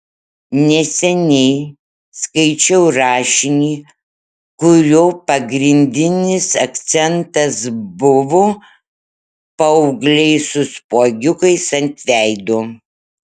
neseniai skaičiau rašinį kurio pagrindinis akcentas buvo paaugliai su spuogiukais ant veido